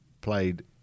played